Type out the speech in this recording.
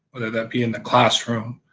whether that be in the classroom,